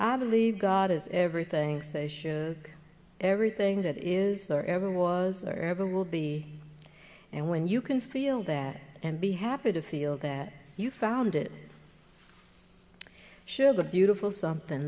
i believe god is everything so everything that is there ever was or ever will be and when you can feel that and be happy to feel that you found it sure is a beautiful something